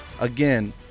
Again